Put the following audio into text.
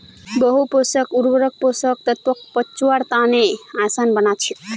बहु पोषक उर्वरक पोषक तत्वक पचव्वार तने आसान बना छेक